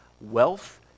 wealth